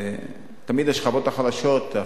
תמיד השכבות החלשות,